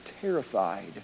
terrified